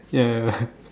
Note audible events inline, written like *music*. ya ya *laughs*